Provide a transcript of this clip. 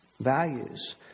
values